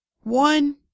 One